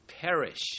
perish